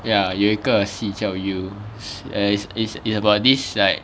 ya 有一个戏叫 you err is is is about this like